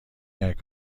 عینک